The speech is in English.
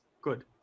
Good